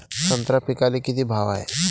संत्रा पिकाले किती भाव हाये?